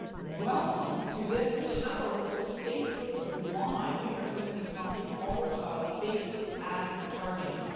welcome to this powerful facebook live. we are going to be talking all about facebook ad targeting,